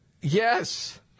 Yes